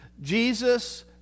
Jesus